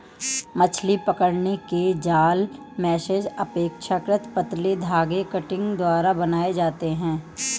मछली पकड़ने के जाल मेशेस अपेक्षाकृत पतले धागे कंटिंग द्वारा बनाये जाते है